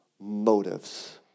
motives